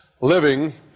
Living